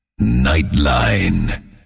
Nightline